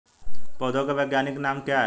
पौधों के वैज्ञानिक नाम क्या हैं?